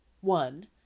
one